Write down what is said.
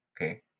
Okay